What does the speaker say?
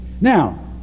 Now